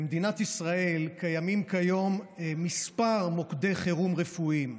במדינת ישראל קיימים כיום כמה מוקדי חירום רפואיים,